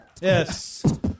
yes